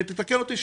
ותתקן אותי אם לא,